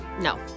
No